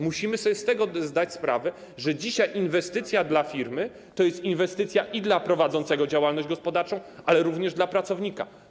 Musimy zdać sobie sprawę z tego, że dzisiaj inwestycja dla firmy to jest inwestycja dla prowadzącego działalność gospodarczą, ale również dla pracownika.